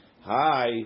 Hi